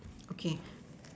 okay